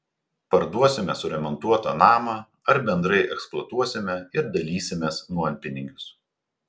parduosime suremontuotą namą ar bendrai eksploatuosime ir dalysimės nuompinigius